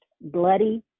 bloody